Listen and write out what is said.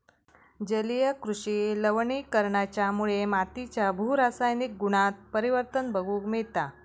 जलीय कृषि लवणीकरणाच्यामुळे मातीच्या भू रासायनिक गुणांत परिवर्तन बघूक मिळता